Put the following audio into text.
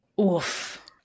Oof